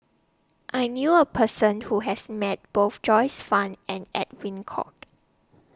I knew A Person Who has Met Both Joyce fan and Edwin Koek